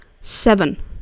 seven